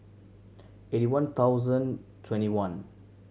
eighty one thousand twenty one